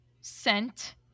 sent